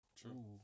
True